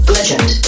Legend